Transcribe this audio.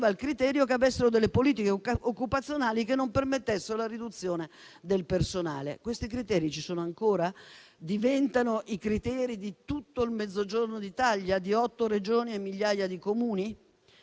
anni e dovevano avere delle politiche occupazionali che non permettessero la riduzione del personale. Questi criteri ci sono ancora? Diventano i criteri di tutto il Mezzogiorno d'Italia, di otto Regioni e di migliaia di Comuni?